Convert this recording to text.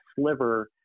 sliver